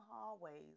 hallways